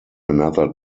another